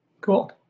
Cool